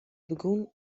begûn